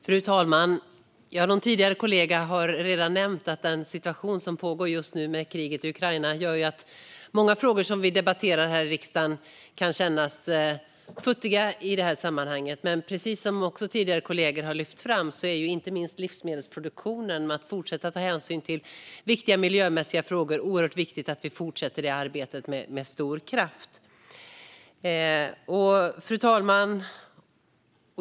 Fru talman! En kollega nämnde tidigare att den pågående situationen med kriget i Ukraina gör att många frågor som vi debatterar här i riksdagen kan kännas futtiga i sammanhanget. Men som kollegor också har lyft fram är inte minst livsmedelsproduktionen och att fortsätta ta hänsyn till viktiga miljömässiga frågor oerhört viktiga, och vi måste fortsätta arbetet med stor kraft. Fru talman!